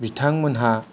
बिथांमोनहा